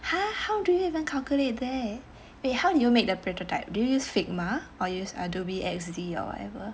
!huh! how do you even calculate that eh how did you make the prototype do you use Figma or use Adobe X_D or whatever